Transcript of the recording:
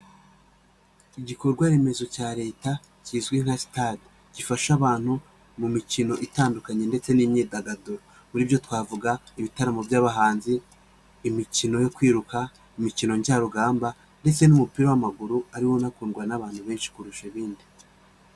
Igikorwa remezo cya leta kizwi nka stade, gifasha abantu mu mikino itandukanye ndetse n'imyidagaduro. Muri byo twavuga ibitaramo by'abahanzi, imikino yo kwiruka, imikino njyarugamba ndetse n'umupira w'amaguru, ariwo unakundwa n'abantu benshi kurusha ibindi.